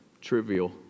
trivial